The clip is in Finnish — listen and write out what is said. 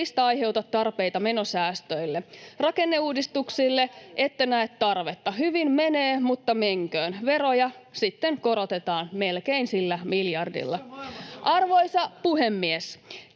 aiheuta tarpeita menosäästöille. Rakenneuudistuksille ette näe tarvetta. Hyvin menee, mutta menköön. Veroja sitten korotetaan melkein sillä miljardilla. [Jussi Saramo: